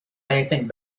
anything